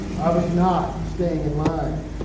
i was not staying in line,